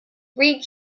read